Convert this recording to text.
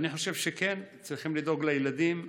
אני חושב שכן צריכים לדאוג לילדים.